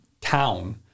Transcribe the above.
town